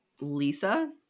Lisa